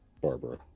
barbara